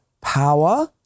Power